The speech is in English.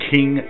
King